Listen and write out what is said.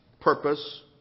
purpose